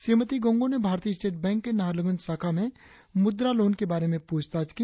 श्रीमती गोंगो ने भारतीय state bank के नाहरलगुन शाखा में मुद्रा लोन के बारे में पुछताछ की